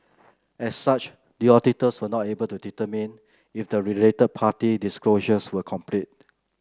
as such the auditors were not able to determine if the related party disclosures were complete